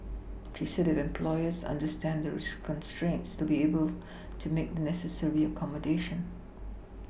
she said if employers understand the constraints they will be able to make the necessary accommodation